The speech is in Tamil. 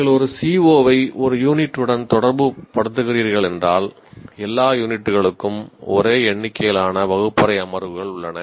நீங்கள் ஒரு CO ஐ ஒரு யூனிட்டுடன் தொடர்புபடுத்துகிறீர்கள் என்றால் எல்லா யூனிட்டுகளுக்கும் ஒரே எண்ணிக்கையிலான வகுப்பறை அமர்வுகள் உள்ளன